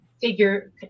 figure